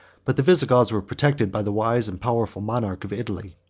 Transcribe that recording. but the visigoths were protected by the wise and powerful monarch of italy.